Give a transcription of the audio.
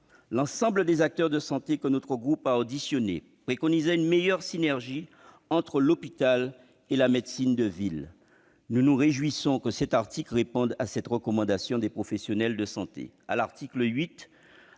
L'ensemble des acteurs de santé que notre groupe a auditionnés ont préconisé une meilleure synergie entre l'hôpital et la médecine de ville. Nous nous réjouissons que cet article réponde à leur recommandation. À l'article 8, avec